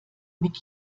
mit